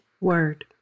Word